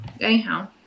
Anyhow